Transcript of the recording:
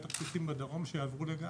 בטח בסיסים בדרום שיעברו לגז,